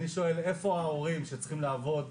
אני שואל איפה ההורים שצריכים לעבוד,